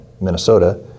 Minnesota